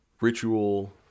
ritual